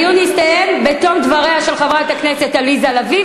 הדיון יסתיים בתום דבריה של חברת הכנסת עליזה לביא,